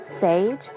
sage